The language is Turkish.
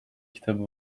kitabı